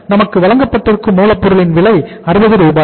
நமக்கு வழங்கப்பட்டிருக்கும் மூலப் பொருளின் விலை 60 ரூபாய்